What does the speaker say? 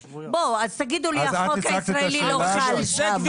בוא, אז תגידו לי החוק הישראלי לא חל שמה.